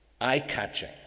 eye-catching